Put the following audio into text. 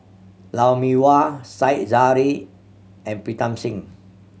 Lou Mee Wah Said Zahari and Pritam Singh